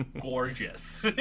gorgeous